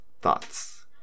Thoughts